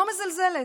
לא מזלזלת,